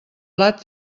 blat